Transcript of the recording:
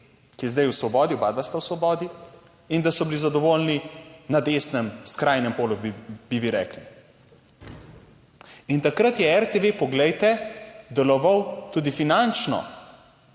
ki je zdaj v Svobodi, oba sta v Svobodi in da so bili zadovoljni na desnem skrajnem polu, bi vi rekli. In takrat je RTV, poglejte, deloval tudi finančno,